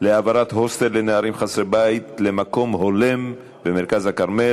להעברת הוסטל לנערים חסרי בית למקום הולם במרכז הכרמל,